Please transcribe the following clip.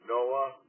Noah